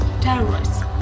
terrorists